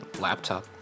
laptop